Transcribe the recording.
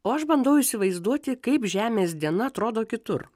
o aš bandau įsivaizduoti kaip žemės diena atrodo kitur